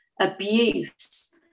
abuse